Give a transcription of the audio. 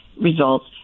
results